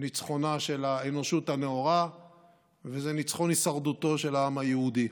ניצחונה של האנושות הנאורה וזה ניצחון הישרדותו של העם היהודי.